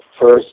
First